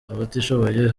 abatishoboye